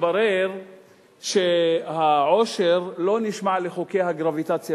מתברר שהעושר לא נשמע לחוקי הגרביטציה,